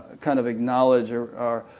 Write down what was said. kind of acknowledge or or